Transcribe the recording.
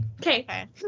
Okay